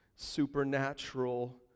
Supernatural